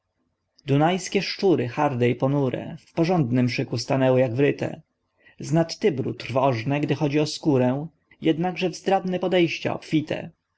skaczą dunajskie szczury harde i ponure w porządnym szyku stanęły jak wryte z nad tybru trwożne gdy chodzi o skórę jednakże w zdradne podejścia obfite